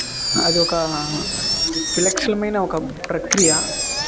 అది ఒక విలక్షణమైన ఒక ప్రక్రియ